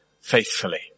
faithfully